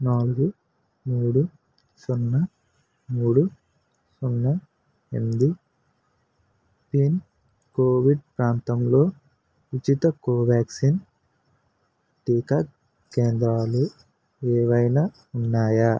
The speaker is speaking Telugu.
నాలుగు మూడు సున్నా మూడు సున్నా ఎనిమిది పిన్ కోవిడ్ ప్రాంతంలో ఉచిత కోవాక్సిన్ టీకా కేంద్రాలు ఏవైనా ఉన్నాయా